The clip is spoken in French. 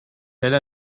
elle